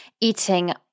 eating